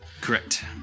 Correct